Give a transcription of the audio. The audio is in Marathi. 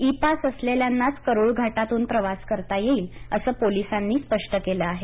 इ पास असलेल्यांनाच करुळ घाटातून प्रवास करता येईल असं पोलिसांनी स्पष्ट केलं आहे